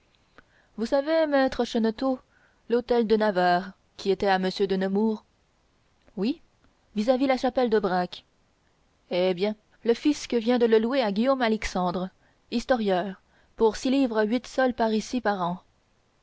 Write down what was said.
vous savez maître cheneteau l'hôtel de navarre qui était à m de nemours oui vis-à-vis la chapelle de braque eh bien le fisc vient de le louer à guillaume alixandre historieur pour six livres huit sols parisis par an